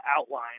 outline